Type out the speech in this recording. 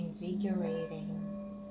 invigorating